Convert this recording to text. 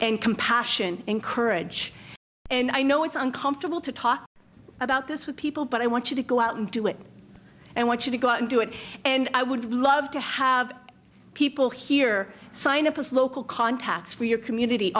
and compassion and courage and i know it's uncomfortable to talk about this with people but i want you to go out and do it and i want you to go out and do it and i would love to have people here sign up as local contacts for your community